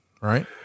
right